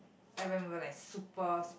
like when we were like super